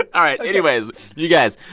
but all right. anyways, you guys,